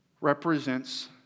represents